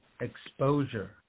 exposure